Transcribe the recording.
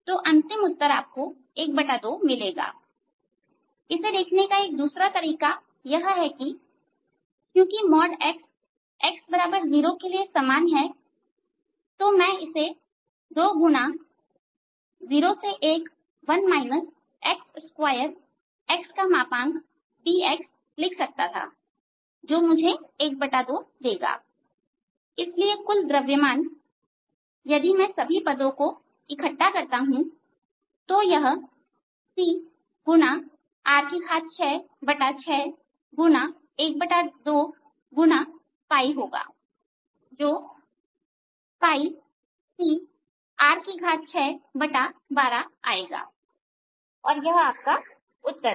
तो अंतिम उत्तर आपको 12 मिलेगा इसे देखने का दूसरा तरीका यह है कि क्योंकि यह मॉड x x0 के लिए समान है मैं इसे 2 x 01 xdx लिख सकता था जो मुझे 12 देगा इसलिए कुल द्रव्यमान इसलिए यदि मैं सभी पदों को इकट्ठा करता हूं तो यह c x R66x 12x होगा जो cR612आएगा और यह आपका उत्तर है